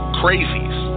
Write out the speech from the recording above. crazies